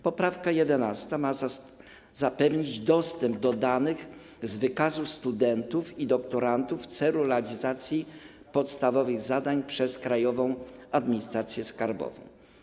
Poprawka 11. ma zapewnić dostęp do danych z wykazu studentów i doktorantów w celu realizacji podstawowych zadań przez Krajową Administrację Skarbową.